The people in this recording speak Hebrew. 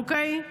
אוקיי?